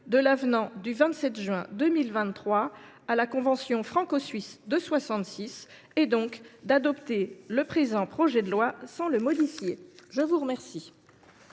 de l’avenant du 27 juin 2023 à la convention franco suisse de 1966 et vous propose d’adopter le présent projet de loi sans le modifier. La parole